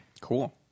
Cool